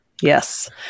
Yes